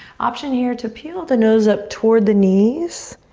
option here to peel the nose up toward the knees.